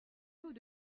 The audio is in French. loup